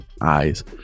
eyes